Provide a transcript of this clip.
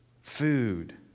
food